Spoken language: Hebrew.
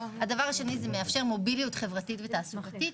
דבר שני זה מאפשר בעצם מוביליות חברתית ותעסוקתית.